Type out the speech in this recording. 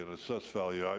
and assessed value. yeah